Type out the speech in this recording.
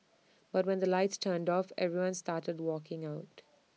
but when the lights turned off everyone started walking out